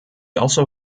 also